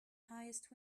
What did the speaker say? highest